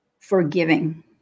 forgiving